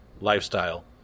lifestyle